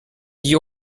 dix